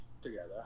together